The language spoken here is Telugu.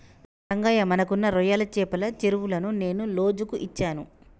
రంగయ్య మనకున్న రొయ్యల చెపల చెరువులను నేను లోజుకు ఇచ్చాను